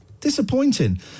Disappointing